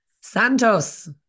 Santos